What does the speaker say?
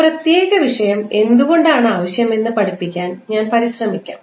ഈ പ്രത്യേക വിഷയം എന്തുകൊണ്ടാണ് ആവശ്യമെന്ന് പഠിപ്പിക്കാൻ ഞാൻ പരിശ്രമിക്കാം